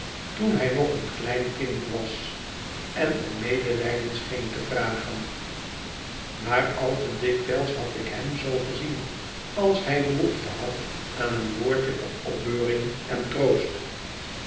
toen hij nog een kleinkind was en om medelijden scheen te vragen maar al te dikwijls had ik hem zoo gezien als hij behoefte had aan een woordje van opbeuring en troost